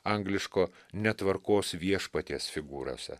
angliško netvarkos viešpaties figūrose